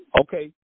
Okay